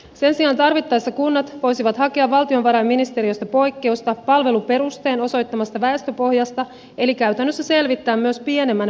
sen sijaan tarvittaessa kunnat voisivat hakea valtiovarainministeriöstä poikkeusta palveluperusteen osoittamasta väestöpohjasta eli käytännössä selvittää myös pienemmän väestöpohjan kuntaa